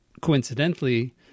coincidentally